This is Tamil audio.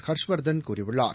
ஹர்ஷ்வர்தன் கூறியுள்ளார்